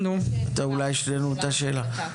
אולי שנינו אותה שאלה.